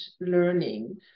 learning